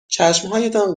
چشمهایتان